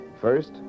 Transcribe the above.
First